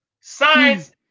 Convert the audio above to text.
Science